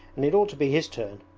and it ought to be his turn.